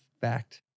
Fact